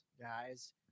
guys